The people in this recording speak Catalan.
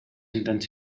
intents